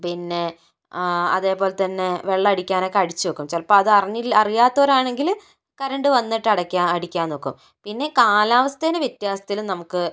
പിന്നെ അതുപോലെത്തന്നെ വെള്ളമടിക്കാനൊക്കെ അടിച്ചു വയ്ക്കും ചിലപ്പോൾ അതറിഞ്ഞില്ല അതറിയാത്തവരാണെങ്കിൽ കറണ്ട് വന്നിട്ട് അടയ്ക്കാ അടിയ്ക്കാൻ നോക്കും പിന്നെ കാലാവസ്ഥേന്റെ വ്യത്യാസത്തിൽ നമുക്ക്